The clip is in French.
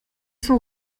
sont